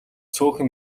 цөөхөн